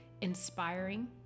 inspiring